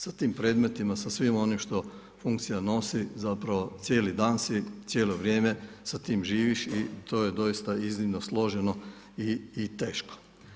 Sa tim predmetima, sa svim onim što funkcija nosi, zapravo cijeli dan si, cijelo vrijeme, sa tim živiš i to je doista iznimno složeno i teško.